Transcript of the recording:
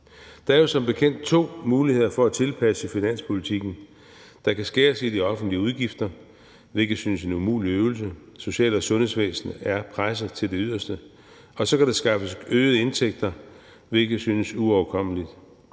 Der er jo som bekendt to muligheder for at tilpasse i finanspolitikken. Der kan skæres ned i de offentlige udgifter, hvilket synes en umulig øvelse – social- og sundhedsvæsenet er presset til det yderste – og så kan der skaffes øgede indtægter, hvilket synes uoverkommeligt.